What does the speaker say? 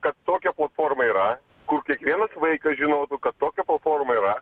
kad tokia platforma yra kur kiekvienas vaikas žinotų kad tokia forma yra